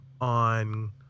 on